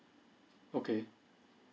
okay